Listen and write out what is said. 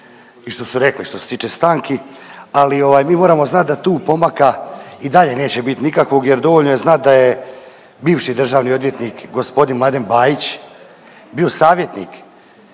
i što su rekli što se tiče stanki, ali mi moramo znat da tu pomaka i dalje neće biti nikakvog jer dovoljno je znat da je bivši državni odvjetnik g. Mladen Bajić bio savjetnik